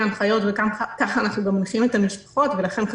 ההנחיות וככה אנחנו גם מעדכנים את המשפחות ולכן,